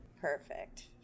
Perfect